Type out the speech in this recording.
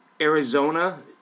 Arizona